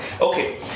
Okay